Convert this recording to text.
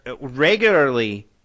regularly